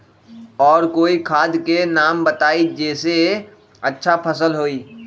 और कोइ खाद के नाम बताई जेसे अच्छा फसल होई?